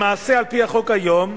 למעשה, על-פי החוק היום,